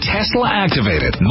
Tesla-activated